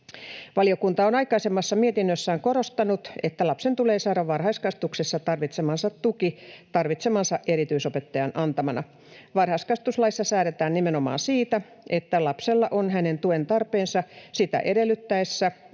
Valiokunta on aikaisemmassa mietinnössään korostanut, että lapsen tulee saada varhaiskasvatuksessa tarvitsemansa tuki tarvitsemansa erityisopettajan antamana. Varhaiskasvatuslaissa säädetään nimenomaan siitä, että lapsella on hänen tuen tarpeensa sitä edellyt-täessä